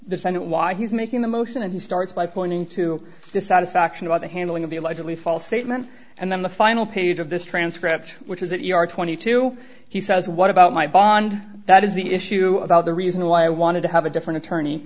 defendant why he's making the motion and he starts by pointing to dissatisfaction about the handling of the allegedly false statement and then the final page of this transcript which is that you are twenty two he says what about my bond that is the issue about the reason why i wanted to have a different attorney